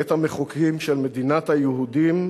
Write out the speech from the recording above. בית-המחוקקים של מדינת היהודים,